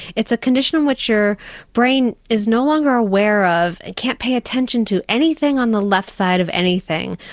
it's a condition in which your brain is no longer aware of and can't pay attention to anything on the left side of anything,